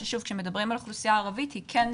ב-2017, ובאוכלוסייה הערבית זה 2.4 אחוזים.